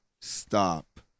stop